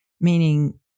meaning